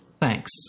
Thanks